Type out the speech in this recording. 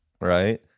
Right